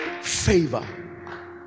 favor